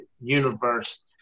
universe